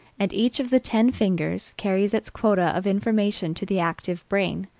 and each of the ten fingers carries its quota of information to the active brain,